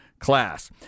Class